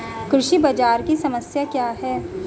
कृषि बाजार की समस्या क्या है?